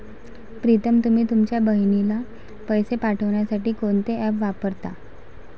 प्रीतम तुम्ही तुमच्या बहिणीला पैसे पाठवण्यासाठी कोणते ऍप वापरता?